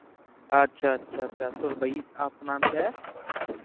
अच्छा अच्छा अच्छा तो भाई आपका नाम क्या है